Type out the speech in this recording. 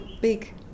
big